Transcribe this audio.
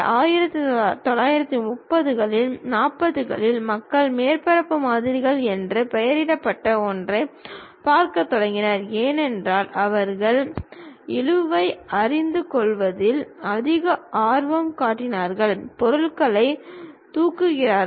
1930 கள் 40 களில் மக்கள் மேற்பரப்பு மாதிரிகள் என்று பெயரிடப்பட்ட ஒன்றைப் பார்க்கத் தொடங்கினர் ஏனென்றால் அவர்கள் இழுவை அறிந்து கொள்வதில் அதிக ஆர்வம் காட்டுகிறார்கள் பொருள்களைத் தூக்குகிறார்கள்